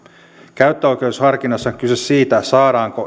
käyttöoikeusharkinnassa on kyse siitä saadaanko